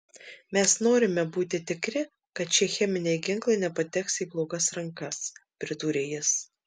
mes norime būti tikri kad šie cheminiai ginklai nepateks į blogas rankas pridūrė jis